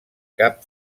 cap